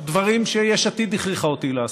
דברים שיש עתיד הכריחה אותי לעשות.